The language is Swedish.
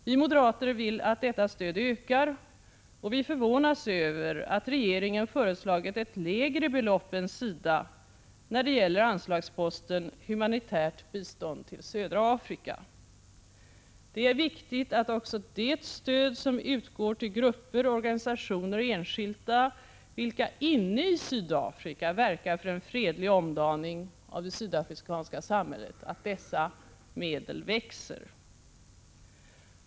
Vi moderater vill att detta stöd ökar, och vi förvånas över att regeringen föreslagit ett lägre belopp än SIDA när det gäller anslagsposten Humanitärt bistånd till Södra Afrika. Det är viktigt att också det stöd som utgår till grupper, organisationer och enskilda vilka inne i Sydafrika verkar för en fredlig omdaning av det sydafrikanska samhället växer.